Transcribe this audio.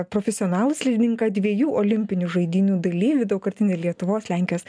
profesionalų slidininką dviejų olimpinių žaidynių dalyvį daugkartinį lietuvos lenkijos